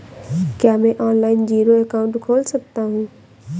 क्या मैं online zero account खोल सकता हूँ?